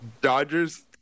Dodgers